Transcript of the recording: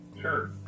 Sure